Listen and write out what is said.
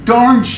Darn